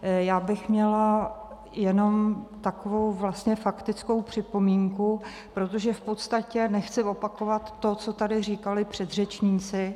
Já bych vlastně měla jenom takovou faktickou připomínku, protože v podstatě nechci opakovat to, co tady říkali předřečníci.